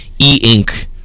e-ink